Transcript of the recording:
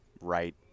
right